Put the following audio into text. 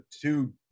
two